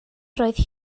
roedd